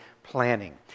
Planning